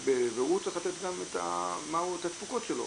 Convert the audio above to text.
להנגיש והוא צריך לתת את התפוקות שלו.